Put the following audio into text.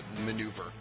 maneuver